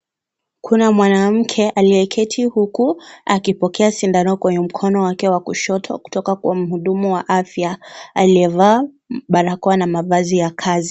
Kuna mwanamke aliyeketi huku akipokea sindano kwenye mkono wake wa kushoto kutoka kwa mhudumu wa afya aliyevaa barakoa na mavazi ya kazi.